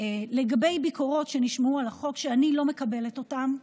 לגבי ביקורות שנשמעו על החוק, שאני לא מקבלת אותן.